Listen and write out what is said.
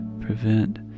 prevent